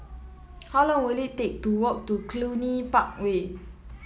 how long will it take to walk to Cluny Park Way